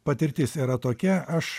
patirtis yra tokia aš